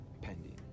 pending